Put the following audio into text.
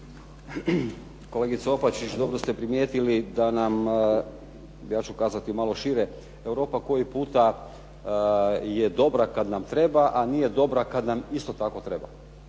Kolegice Opačić, dobro ste primjetili da nam, ja ću kazati malo šire, Europa koji puta je dobra kad nam treba, a nije dobra kad nam isto tako treba.